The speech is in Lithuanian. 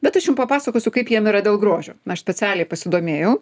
bet aš jum papasakosiu kaip jiem yra dėl grožio aš specialiai pasidomėjau